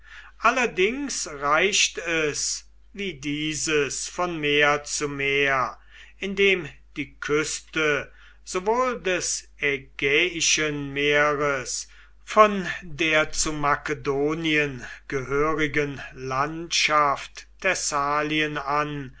allerdings reicht es wie dieses von meer zu meer indem die küste sowohl des ägäischen meeres von der zu makedonien gehörigen landschaft thessalien an